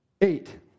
Eight